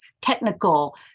technical